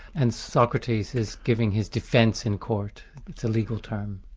and socrates is giving his defence in court it's a legal term.